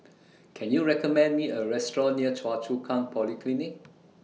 Can YOU recommend Me A Restaurant near Choa Chu Kang Polyclinic